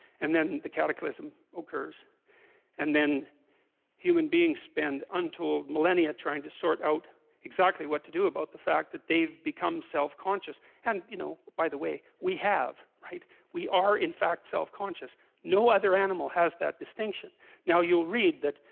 and then the cataclysm occurs and then human beings spend until millenia trying to sort out exactly what to do about the fact that they've become self conscious and you know by the way we have right we are in fact self conscious no other animal? has that distinction now you'll read that?